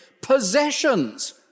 possessions